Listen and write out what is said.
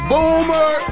Boomer